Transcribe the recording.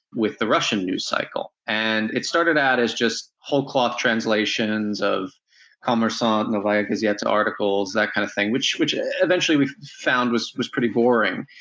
with the russian news cycle. and it started out as just whole-cloth translations of kommersant, novaya gazette articles, that kind of thing, which which eventually we found was was pretty boring.